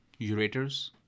ureters